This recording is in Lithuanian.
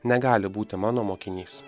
negali būti mano mokinys